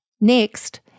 next